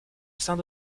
saint